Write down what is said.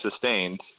sustained